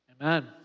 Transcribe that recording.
amen